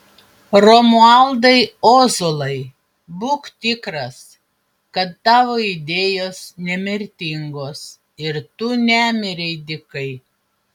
romualdai ozolai būk tikras kad tavo idėjos nemirtingos ir tu nemirei dykai